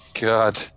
god